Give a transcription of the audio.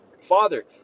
Father